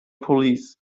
police